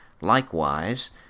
Likewise